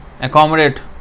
accommodate